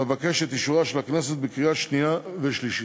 ואבקש את אישורה של הכנסת בקריאה השנייה והשלישית.